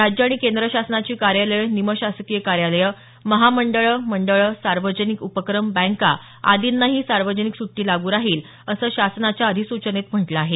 राज्य आणि केंद्र शासनाची कार्यालयं निमशासकीय कार्यालयं महामंडळे मंडळे सार्वजनिक उपक्रम बँका आदींनाही ही सार्वजनिक सुट्टी लागू राहील असं शासनाच्या अधिसूचनेत म्हटलं आहे